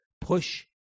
push